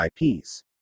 IPs